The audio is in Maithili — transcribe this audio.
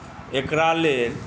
एकरा लेल